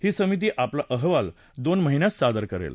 ही समिती आपला अहवाल दोन महिन्यात सादर करेल